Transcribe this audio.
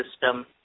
system